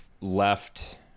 left